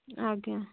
ଆଜ୍ଞା